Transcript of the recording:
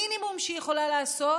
המינימום שהיא יכולה לעשות